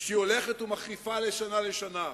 שהולכת ומחריפה משנה לשנה.